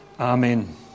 Amen